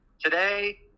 today